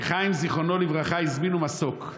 ולחיים, זיכרונו לברכה, הזמינו מסוק,